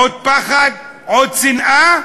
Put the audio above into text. עוד פחד, עוד שנאה,